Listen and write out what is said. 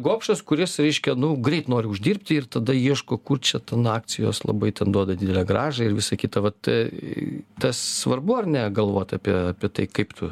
gobšas kuris reiškia nu greit nori uždirbti ir tada ieško kur čia ten akcijos labai ten duoda didelę grąžą ir visa kita vat tas svarbu ar ne galvot apie tai kaip tu